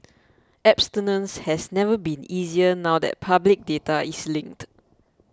abstinence has never been easier now that public data is linked